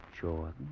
Jordan